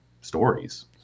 stories